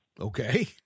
Okay